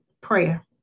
prayer